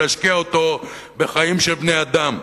להשקיע אותו בחיים של בני-אדם.